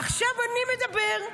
עכשיו אני מדבר,